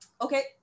okay